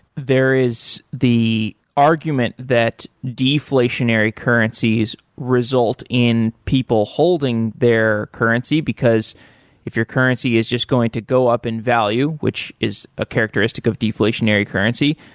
there is the argument that deflationary currencies result in people holding their currency, because if your currency is just going to go up in value, which is a characteristic of deflationary currency,